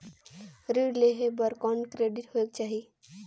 ऋण लेहे बर कौन क्रेडिट होयक चाही?